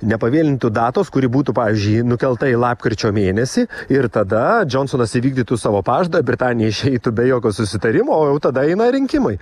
nepavėlintų datos kuri būtų pavyzdžiui nukelta į lapkričio mėnesį ir tada džonsonas įvykdytų savo pažadą britanija išeitų be jokio susitarimo o jau tada eina rinkimai